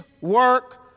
work